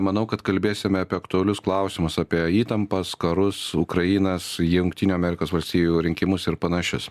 manau kad kalbėsime apie aktualius klausimus apie įtampas karus ukrainas jungtinių amerikos valstijų rinkimus ir panašius